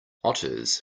otters